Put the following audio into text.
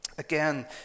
Again